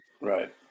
right